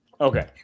Okay